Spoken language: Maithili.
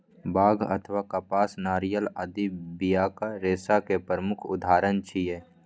बांग अथवा कपास, नारियल आदि बियाक रेशा के प्रमुख उदाहरण छियै